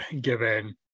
given